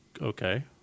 Okay